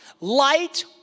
Light